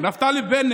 אם זה היה תלוי בי.